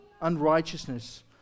unrighteousness